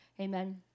Amen